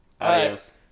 Adios